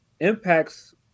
impacts